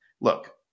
look